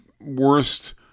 worst